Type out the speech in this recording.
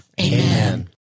Amen